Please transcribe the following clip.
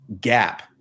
gap